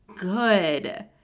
good